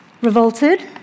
revolted